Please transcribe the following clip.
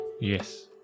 Yes